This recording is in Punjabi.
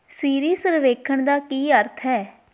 ਸਿਰੀ ਸਰਵੇਖਣ ਦਾ ਕੀ ਅਰਥ ਹੈ